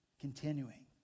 Continuing